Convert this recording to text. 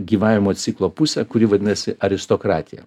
gyvavimo ciklo pusę kuri vadinasi aristokratija